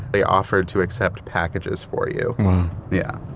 they offered to accept packages for you wow yeah